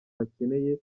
bakeneye